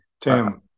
Tim